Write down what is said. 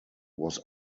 was